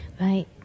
Right